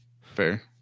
fair